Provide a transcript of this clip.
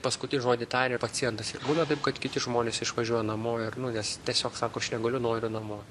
paskutinį žodį taria pacientas ir būna taip kad kiti žmonės išvažiuoja namo ir nu nes tiesiog sako aš negaliu noriu namo